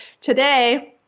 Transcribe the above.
today